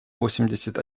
восемьдесят